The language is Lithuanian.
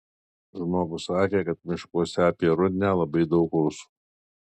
žmogus sakė kad miškuose apie rudnią labai daug rusų